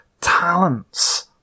talents